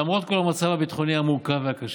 למרות כל המצב הביטחוני המורכב הקשה,